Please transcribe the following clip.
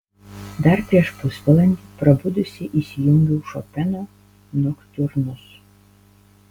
dar prieš pusvalandį prabudusi įsijungiau šopeno noktiurnus